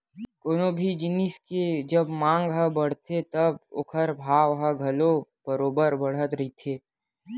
कोनो भी जिनिस के जब मांग ह बड़थे तब ओखर भाव ह घलो बरोबर बड़त रहिथे